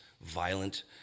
violent